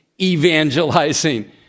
evangelizing